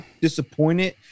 disappointed